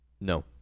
no